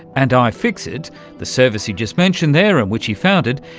and ifixit, the service he just mentioned there and which he founded,